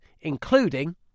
including